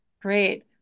great